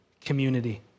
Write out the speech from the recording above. community